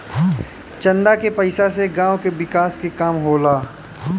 चंदा के पईसा से गांव के विकास के काम होला